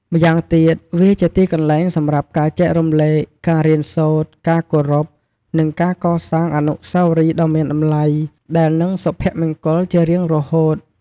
ម៉្យាងទៀតវា ជាទីកន្លែងសម្រាប់ការចែករំលែក ការរៀនសូត្រ ការគោរព និងការកសាងអនុស្សាវរីយ៍ដ៏មានតម្លៃ ដែលនឹងសុភមង្គលជារៀងរហូត។